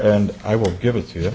and i will give it to